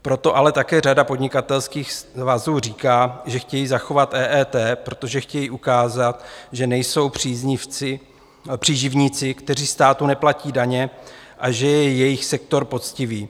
Proto ale také řada podnikatelských svazů říká, že chtějí zachovat EET, protože chtějí ukázat, že nejsou příživníci, kteří státu neplatí daně, a že je jejich sektor poctivý.